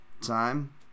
time